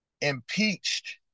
impeached